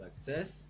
success